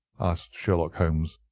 asked sherlock holmes.